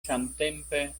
samtempe